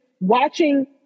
watching